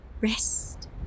rest